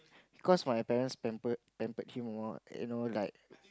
cause my parents pampered pampered him more you know like